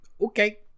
Okay